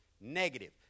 negative